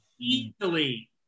Easily